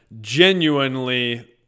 genuinely